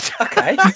Okay